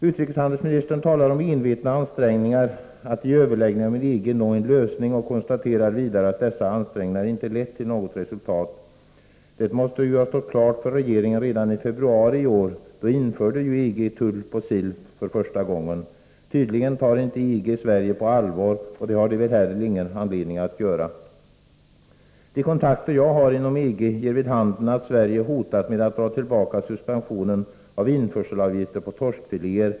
Utrikeshandelsministern talar om envetna ansträngningar att i överläggningar med EG nå en lösning och konstaterar vidare att dessa ansträngningar inte lett till något resultat. Det måste ju ha stått klart för regeringen redan i februari i år, då ju EG införde tull på sill för första gången. Tydligen tar EG inte Sverige på allvar, och det har EG väl heller ingen anledning att göra. De kontakter jag har inom EG ger vid handen att Sverige hotat med att dra tillbaka suspensionen av införselavgifter på torskfiléer.